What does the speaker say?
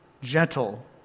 gentle